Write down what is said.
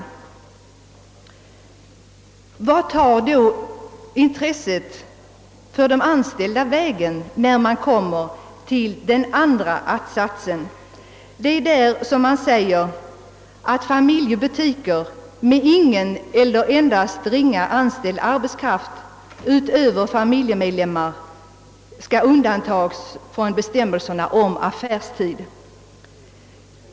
Vart tar då intresset för de anställda vägen när man kommer till den andra att-satsen? Där föreslås, att s.k. familjebutiker med ingen eller endast ringa anställd arbetskraft utöver familjemedlemmar skall undantas från bestämmelser om affärstid.